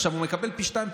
הוא מקבל פי שניים,